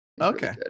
Okay